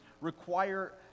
require